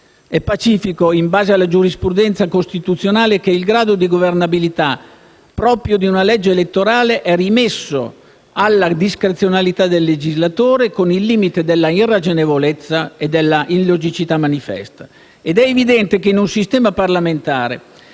È pacifico, in base alla giurisprudenza costituzionale, che il grado di governabilità proprio di una legge elettorale è rimesso alla discrezionalità del legislatore con il limite delle irragionevolezza e della illogicità manifesta, ed è evidente che in un sistema parlamentare